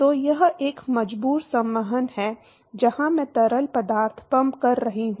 तो यह एक मजबूर संवहन है जहां मैं तरल पदार्थ पंप कर रहा हूं